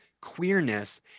queerness